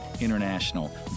International